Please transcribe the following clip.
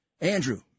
Andrew